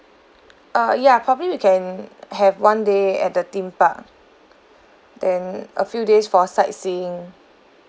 uh ya probably we can have one day at the theme park then a few days for sightseeing